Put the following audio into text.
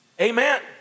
amen